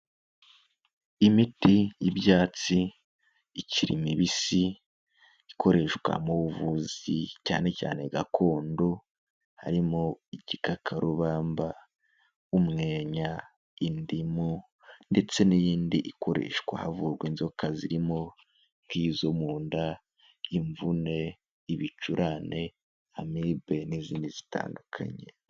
Imiti y'ibyatsi ikiri mibisi ikoreshwa mu buvuzi cyane cyane gakondo, harimo: igikakarubamba, umwenya, indimu ndetse n'iyindi ikoreshwa havurwa inzoka zirimo: nk'izo mu nda, imvune, ibicurane, amibe n'izindi zitandukanye.